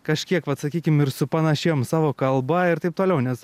kažkiek vat sakykim ir supanašėjom savo kalba ir taip toliau nes